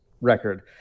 record